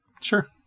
Sure